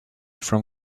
from